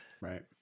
right